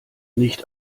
nicht